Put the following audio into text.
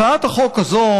הצעת החוק הזאת,